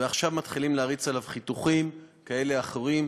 ועכשיו מתחילים להריץ עליו חיתוכים כאלה ואחרים.